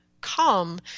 come